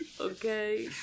Okay